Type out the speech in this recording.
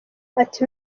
ati